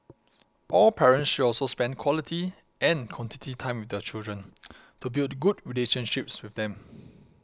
all parents should also spend quality and quantity time their children to build good relationships with them